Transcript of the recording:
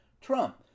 Trump